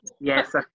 yes